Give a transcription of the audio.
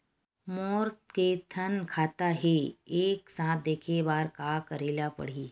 मोर के थन खाता हे एक साथ देखे बार का करेला पढ़ही?